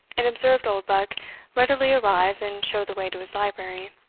and observed oldbuck readily arise and show the way to his library.